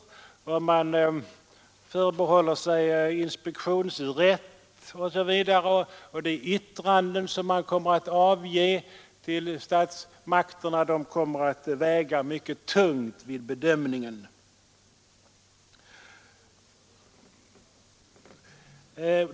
Utskottsmajoriteten förbehåller datainspektionen inspektionsrätt osv. och anser att de yttranden som inspektionen kommer att avge till statsmakten skall väga mycket tungt vid bedömningen.